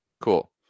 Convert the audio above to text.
Cool